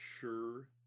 sure